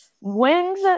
Wings